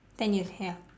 ten years ya